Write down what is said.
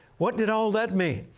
what did all that mean?